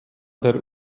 der